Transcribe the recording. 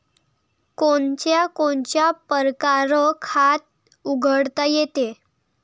कोनच्या कोनच्या परकारं खात उघडता येते?